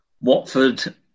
Watford